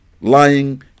Lying